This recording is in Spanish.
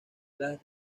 los